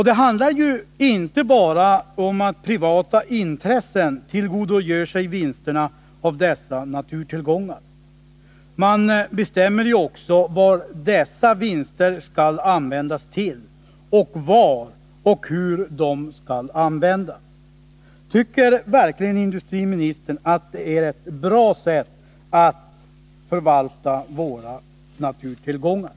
Det handlar ju inte bara om att privata intressen tillgodogör sig vinsterna av dessa naturtillgångar, utan de bestämmer också vad dessa vinster skall användas till samt var och hur de skall användas. Tycker verkligen industriministern att det är ett bra sätt att förvalta våra naturtillgångar?